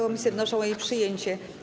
Komisje wnoszą o jej przyjęcie.